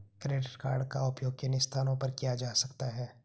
Credit card का उपयोग किन स्थानों पर किया जा सकता है?